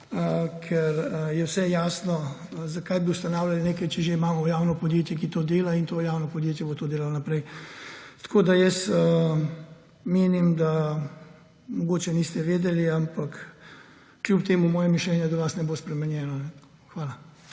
ker je vse jasno. Zakaj bi ustanavljali nekaj, če že imamo javno podjetje, ki to dela, in to javno podjetje bo to delalo še naprej? Menim, da mogoče niste vedeli, ampak kljub temu moje mišljenje o vas ne bo spremenjeno. Hvala.